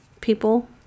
people